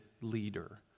leader